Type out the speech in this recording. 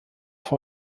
für